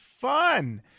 fun